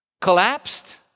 collapsed